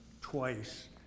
twice